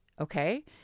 okay